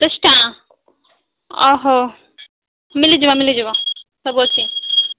ଦଶଟା ମିଳିଯିବ ମିଳିଯିବ ସବୁ ଅଛି